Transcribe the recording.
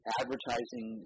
advertising